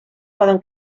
poden